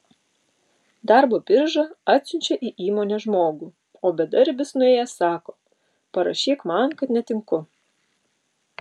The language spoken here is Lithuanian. darbo birža atsiunčia į įmonę žmogų o bedarbis nuėjęs sako parašyk man kad netinku